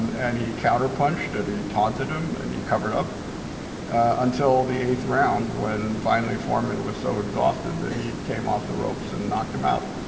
and and he counter punched and he taunted him and he covered up until the eighth round when finally foreman was so exhausted that he came off the ropes and knocked him out.